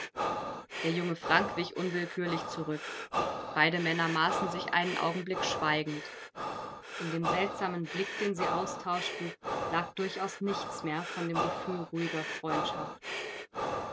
der junge frank wich unwillkürlich zurück beide männer maßen sich einen augenblick schweigend in dem seltsamen blick den sie austauschten lag durchaus nichts mehr von dem gefühl ruhiger freundschaft